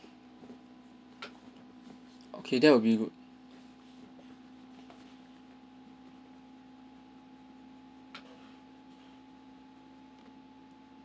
okay that will be